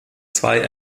zwei